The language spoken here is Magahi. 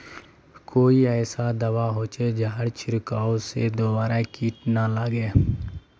कोई ऐसा दवा होचे जहार छीरकाओ से दोबारा किट ना लगे?